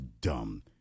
dumb